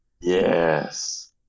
Yes